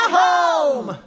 home